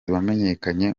wamenyekanye